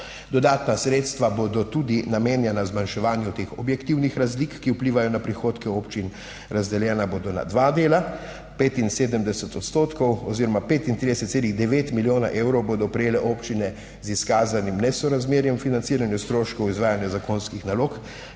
Dodatna sredstva bodo tudi namenjena zmanjševanju teh objektivnih razlik, ki vplivajo na prihodke občin. Razdeljena bodo na 2 dela: 75 odstotkov oziroma 35,9 milijona evrov bodo prejele občine z izkazanim nesorazmerjem financiranja stroškov izvajanja zakonskih nalog,